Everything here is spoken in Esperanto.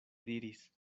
diris